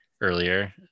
earlier